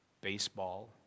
baseball